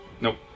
Nope